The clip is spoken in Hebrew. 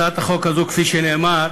הצעת החוק הזו, כפי שנאמר,